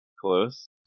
close